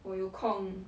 我有空